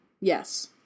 Yes